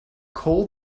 call